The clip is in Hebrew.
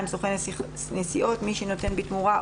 "סוכן נסיעות" מי שנותן בתמורה,